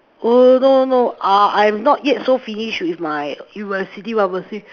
oh no no uh I'm not yet so finished with my with my city pharmacy